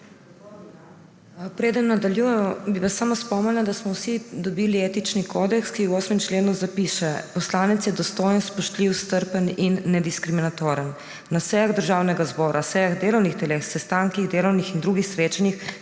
Preden nadaljujemo, bi vas samo spomnila, da smo vsi dobili Etični kodeks, ki v 8. členu zapiše: »Poslanec je dostojen, spoštljiv, strpen in nediskriminatoren. Na sejah Državnega zbora, sejah delovnih teles, sestankih, delovnih in drugih srečanjih